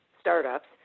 startups